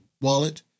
Wallet